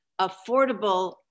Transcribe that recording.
affordable